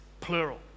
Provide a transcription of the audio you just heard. plural